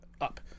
up